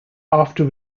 after